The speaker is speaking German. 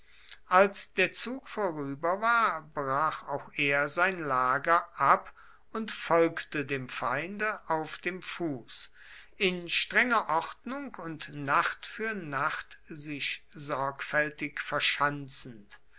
als der zug vorüber war brach auch er sein lager ab und folgte dem feinde auf dem fuß in strenger ordnung und nacht für nacht sich sorgfältig verschanzend